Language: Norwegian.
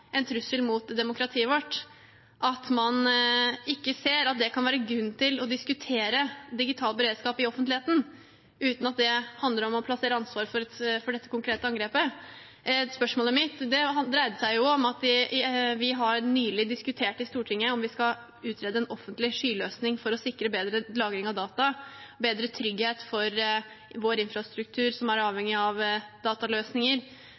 ser at det kan være grunn til å diskutere digital beredskap i offentligheten, uten at det handler om å plassere ansvar for dette konkrete angrepet. Spørsmålet mitt dreide seg om at vi nylig har diskutert i Stortinget om vi skal utrede en offentlig skyløsning for å sikre bedre lagring av data, bedre trygghet for vår infrastruktur, som er avhengig av dataløsninger,